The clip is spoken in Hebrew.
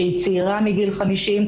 שהיא צעירה מגיל 50,